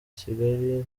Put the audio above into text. kigali